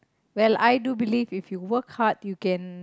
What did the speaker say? well I do believe if you work hard you can